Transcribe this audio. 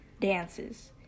dances